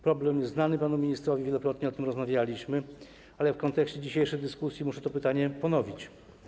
Problem jest znany panu ministrowi, wielokrotnie o tym rozmawialiśmy, ale w kontekście dzisiejszej dyskusji muszę to pytanie ponowić.